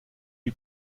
lui